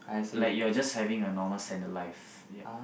like you are just having a normal standard life ya